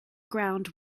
ground